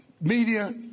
Media